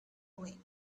away